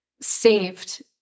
saved